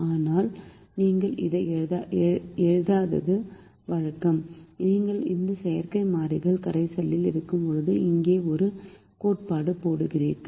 ஆனால் நீங்கள் இதை எழுதாதது வழக்கம் நீங்கள் இந்த செயற்கை மாறிகள் கரைசலில் இருக்கும்போது இங்கே ஒரு கோடு போடுகிறீர்கள்